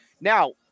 now